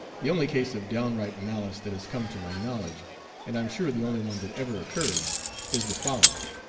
the only case of downright malice that has come to my knowledge and i'm sure the only one that ever occurred is the following